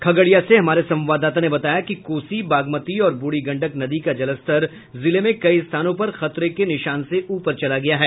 खगड़िया से हमारे संवाददाता ने बताया कि कोसी बागमती और ब्रुढ़ी गंडक नदी का जलस्तर जिले में कई स्थानों पर खतरे के निशान से ऊपर चला गया है